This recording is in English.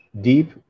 deep